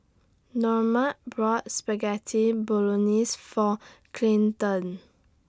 Normand bought Spaghetti Bolognese For Clinton